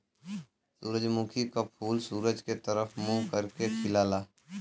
सूरजमुखी क फूल सूरज के तरफ मुंह करके खिलला